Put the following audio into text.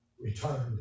returned